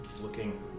looking